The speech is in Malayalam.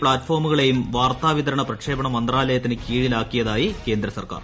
പ്ലാറ്റ്ഫോമുകളെയും വാർത്ത്യിപ്പിത്രണ പ്രക്ഷേപണ മന്ത്രാലയത്തിന് കീഴിലാക്കിയതായി കേന്ദ്ര സർക്കാർ